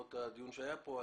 בעקבות הדיון שהיה פה,